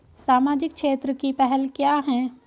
सामाजिक क्षेत्र की पहल क्या हैं?